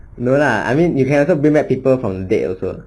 no lah I mean you can also bring back people from the dead also ah